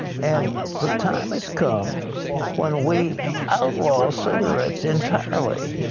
and the time has come when we outlaw cigarettes entirely.